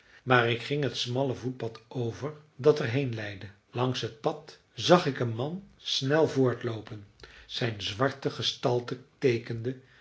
maar ik ging het smalle voetpad over dat er heen leidde langs het pad zag ik een man snel voortloopen zijn zwarte gestalte teekende